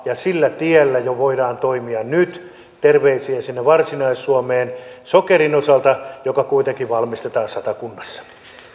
ja sillä tiellä voidaan toimia jo nyt terveisiä sinne varsinais suomeen sokerin osalta joka kuitenkin valmistetaan satakunnassa